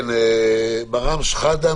מראם שחאדה,